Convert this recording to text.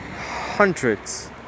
hundreds